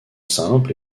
simple